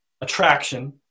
attraction